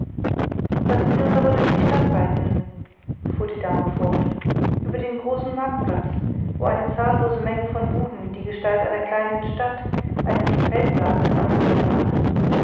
lassen sie uns aber durch die stadt reiten fuhr die dame fort über den großen marktplatz wo eine zahllose menge von buden die gestalt einer kleinen stadt eines feldlagers angenommen hat